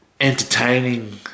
Entertaining